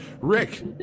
Rick